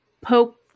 Pope